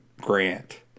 Grant